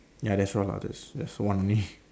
ya that's all ah there there's one only